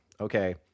okay